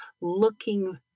looking